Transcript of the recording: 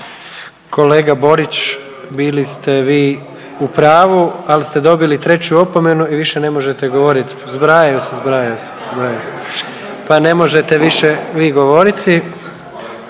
Kolega Borić, bili ste vi u pravu, ali ste dobili i 3. opomenu i više ne možete govoriti. Zbrajaju se, zbrajaju se, pa ne možete više vi govoriti.